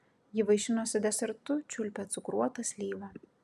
ji vaišinosi desertu čiulpė cukruotą slyvą